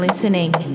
Listening